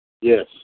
Yes